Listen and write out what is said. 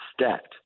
stacked